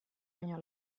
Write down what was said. baino